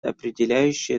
определяющее